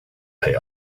pay